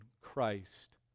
Christ